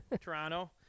Toronto